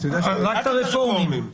רק את הרפורמים.